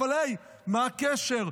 אבל היי, מה הקשר?